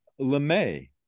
LeMay